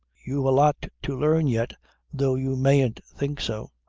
you've a lot to learn yet though you mayn't think so.